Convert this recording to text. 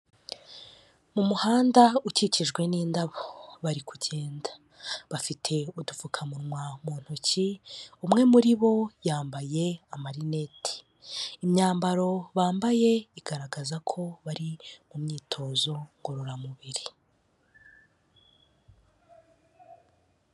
Mu muhanda ukikijwe n'indabo bari kugenda, bafite udupfukamunwa mu ntoki umwe muri bo yambaye amarinete, imyambaro bambaye igaragaza ko bari mu myitozo ngororamubiri.